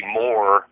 more